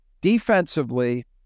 Defensively